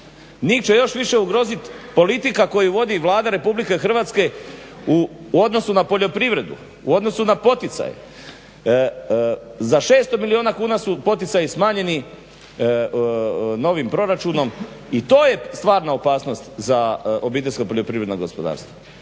njih će još više ugrozit politika koju vodi Vlada Republike Hrvatske u odnosu na poljoprivredu, u odnosu na poticaje. Za 600 milijuna kuna su poticaji smanjeni novim proračunom i to je stvarna opasnost za OPG-e. A Poljska koja